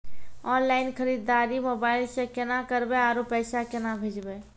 Online खरीददारी mobile से केना करबै, आरु पैसा केना भेजबै?